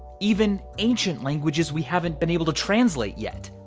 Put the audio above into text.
even ancient languages we haven't been able to translate yet.